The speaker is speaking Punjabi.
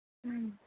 ਹਮ